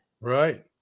right